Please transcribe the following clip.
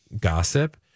gossip